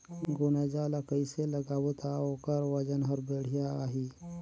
गुनजा ला कइसे लगाबो ता ओकर वजन हर बेडिया आही?